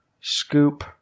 scoop